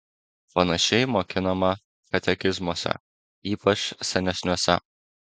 panašiai mokinama katekizmuose ypač senesniuose